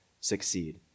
succeed